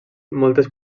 moltes